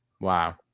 Wow